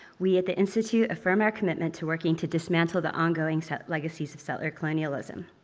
we at the institute affirm our commitment to working to dismantle the ongoing legacies of settler colonialism.